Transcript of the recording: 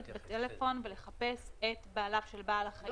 על הטלפון ולחפש את בעליו של בעל החיים.